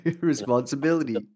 responsibility